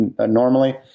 normally